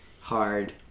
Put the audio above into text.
hard